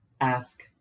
ask